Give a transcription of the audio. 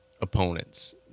opponents